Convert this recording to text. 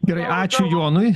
gerai ačiū jonui